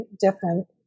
different